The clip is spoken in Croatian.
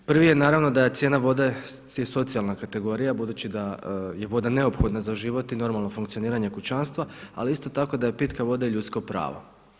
Prvi je naravno da je cijena vode socijalna kategorija budući da je voda neophodna za život i normalno funkcioniranje kućanstva ali isto tako da je pitka voda ljudsko pravo.